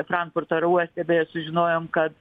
frankfurto oro uoste beje sužinojom kad